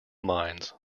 minds